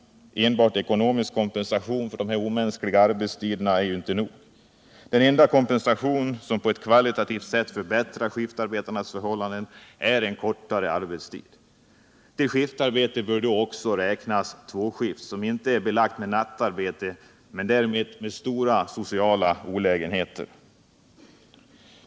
Enbart ekonomisk kompensation för denna omänskliga arbetstid är inte nog. Den enda kompensation som på ett kvalitativt sätt förbättrar skiftarbetarnas förhållanden är en kortare arbetstid. Till skiftarbete bör även räknas tvåskift, som inte är belagt med nattarbete men ändock innebär stora sociala olägenheter.